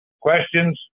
questions